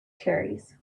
cherries